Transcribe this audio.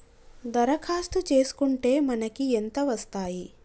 దరఖాస్తు చేస్కుంటే మనకి ఎంత వస్తాయి?